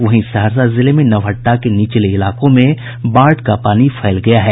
वहीं सहरसा जिले के नवहट्टा के निचले इलाकों में बाढ़ का पानी फैल गया है